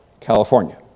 California